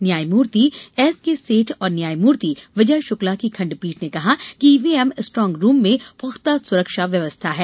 न्यायमूर्ति एसकेसेठ और न्यायमूर्ति विजय शुक्ला की खंडपीठ ने कहा कि ईवीएम स्ट्रांगरूम में पुख्ता सुरक्षा व्यवस्था है